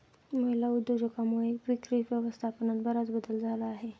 महिला उद्योजकांमुळे विक्री व्यवस्थापनात बराच बदल झाला आहे